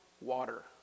water